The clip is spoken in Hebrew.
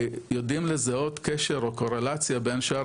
יודעים לזהות קשר או קורלציה בין שער